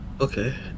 Okay